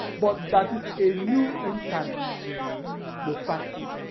but that is a new internet de facto.